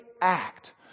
act